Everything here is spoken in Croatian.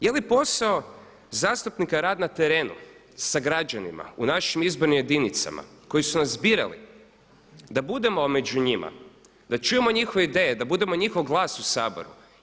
Je li posao zastupnika rad na terenu sa građanima u našim izbornim jedinicama koji su nas birali, da budemo među njima, da čujemo njihove ideje, da budemo njihov glas u Saboru?